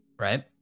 right